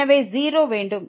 எனவே 0 வேண்டும்